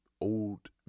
old